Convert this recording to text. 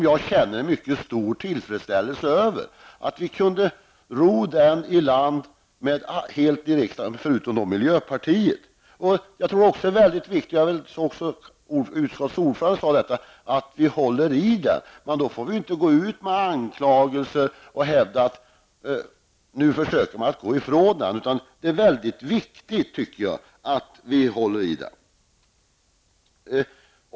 Jag känner en mycket stor tillfredsställelse över att vi enhälligt kunde ro jordbruksreformen i land i riksdagen, om vi bortser från miljöpartiet. Jag tycker att det är väldigt viktigt att -- utskottets ordförande sade det också -- vi håller fast vid den. Då får man inte gå ut med anklagelser och hävda att vi nu försöker gå ifrån den. Det är väldigt viktigt som sagt att vi håller fast vid den.